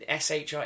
SHI